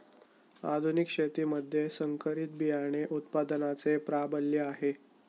आधुनिक शेतीमध्ये संकरित बियाणे उत्पादनाचे प्राबल्य आहे